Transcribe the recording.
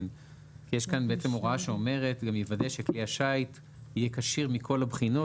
יש כאן הוראה שאומרת לוודא שכלי השיט יהיה כשיר מכל הבחינות